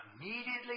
immediately